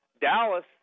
Dallas